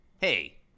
Hey